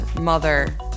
mother